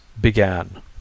began